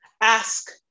Ask